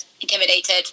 intimidated